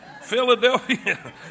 Philadelphia